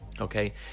okay